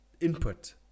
input